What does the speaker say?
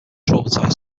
traumatized